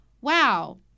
wow